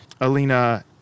Alina